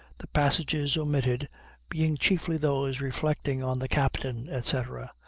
the passages omitted being chiefly those reflecting on the captain, etc,